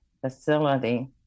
facility